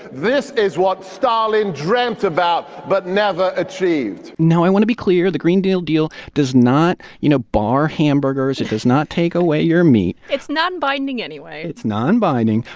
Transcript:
this is what stalin dreamt about but never achieved now, i want to be clear. the green new deal does not, you know, bar hamburgers. it does not take away your meat it's nonbinding anyway it's nonbinding.